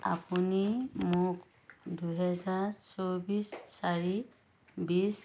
আপুনি মোক দুহেজাৰ চৌব্বিছ চাৰি বিছ